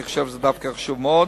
אני חושב שזה חשוב מאוד,